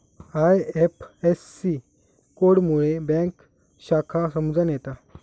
IFSC code मुळे bank शाखा समजान येता